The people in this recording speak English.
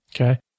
Okay